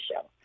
show